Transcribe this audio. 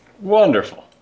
wonderful